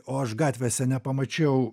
o aš gatvėse nepamačiau